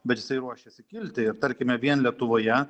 bet jisai ruošiasi kilti ir tarkime vien lietuvoje